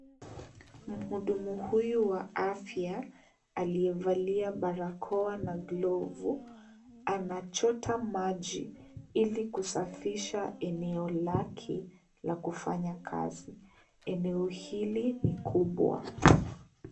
Mhudumu huyu wa afya aliyevala barakoa na glovu anachota maji ili kusafisha eneo lake la kufanya kazi, eneo hili ni kubwa.